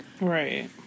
Right